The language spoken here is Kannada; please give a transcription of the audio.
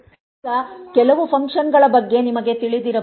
ಈಗ ಕೆಲವು ಫಂಕ್ಷನ್ಗಳ ಬಗ್ಗೆ ನಿಮಗೆ ತಿಳಿದಿರಬಹುದು